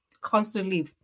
constantly